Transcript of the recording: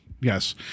yes